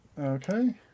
Okay